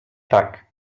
tak